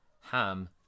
Ham